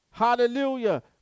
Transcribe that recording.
Hallelujah